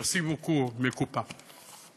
Merci beaucoup, mes copains.